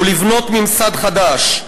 ולבנות ממסד חדש.